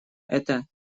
это